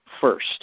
first